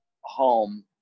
home